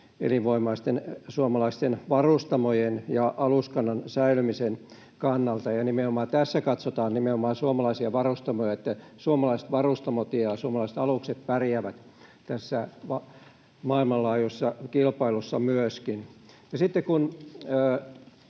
elinvoimaisten suomalaisten varustamojen ja aluskannan säilymisen kannalta, ja tässä katsotaan nimenomaan suomalaisia varustamoja, niin että myöskin suomalaiset varustamot ja suomalaiset alukset pärjäävät tässä maailmanlaajuisessa kilpailussa.